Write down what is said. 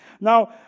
Now